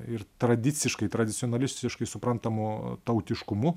ir tradiciškai tradicionalistiškai suprantamu tautiškumu